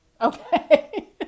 Okay